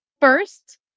first